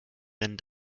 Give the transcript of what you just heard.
rennen